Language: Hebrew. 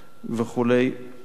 וכו' וכו'.